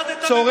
אתה מקופח,